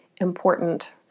important